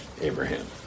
Abraham